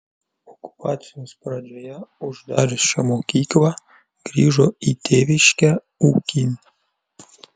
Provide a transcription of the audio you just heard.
okupacijos pradžioje uždarius šią mokyklą grįžo į tėviškę ūkin